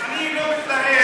אני מבקש, אני לא מתלהם,